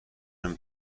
نمی